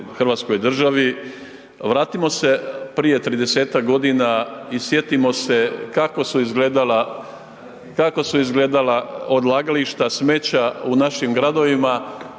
hrvatskoj državi vratimo se prije 30.g. i sjetimo se kako su izgledala, kako su izgledala odlagališta smeća u našim gradovima,